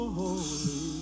holy